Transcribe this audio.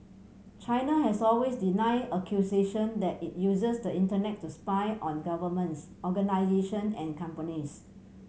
China has always denied accusation that it uses the Internet to spy on governments organisation and companies